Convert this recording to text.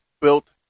built